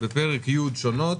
שונות,